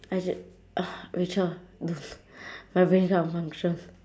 I ca~ ah rachel don't don't my brain cannot function